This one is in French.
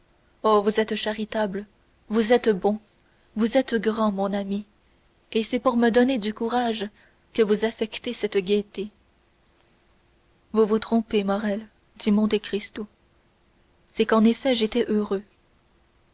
oh vous êtes charitable vous êtes bon vous êtes grand mon ami et c'est pour me donner du courage que vous affectez cette gaieté vous vous trompez morrel dit monte cristo c'est qu'en effet j'étais heureux